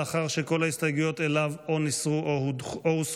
לאחר שכל ההסתייגויות לו הוסרו או נדחו.